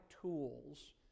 tools